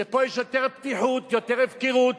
שפה יש יותר פתיחות, יותר הפקרות,